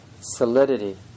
solidity